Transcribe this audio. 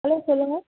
hello சொல்லுங்க